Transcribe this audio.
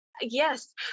Yes